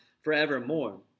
forevermore